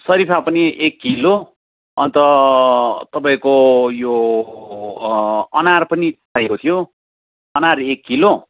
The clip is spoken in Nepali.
सरिफा पनि एक किलो अन्त तपाईँको यो अनार पनि चाहिएको थियो अनार एक किलो